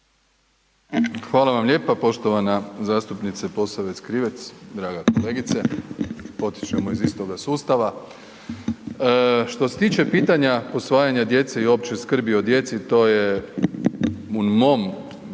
Hvala vam lijepa poštovana zastupnice Posavec Krivec. Draga kolegice, potičemo iz istoga sustava, što se tiče pitanja posvajanja djece i općoj skrbi o djeci, to je u mom